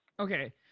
Okay